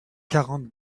quarante